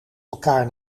elkaar